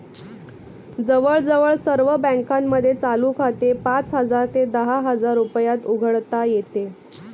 जवळजवळ सर्व बँकांमध्ये चालू खाते पाच हजार ते दहा हजार रुपयात उघडता येते